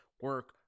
Work